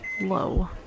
Low